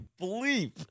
bleep